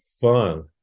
fun